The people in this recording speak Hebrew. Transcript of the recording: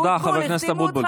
תודה, חבר הכנסת אבוטבול.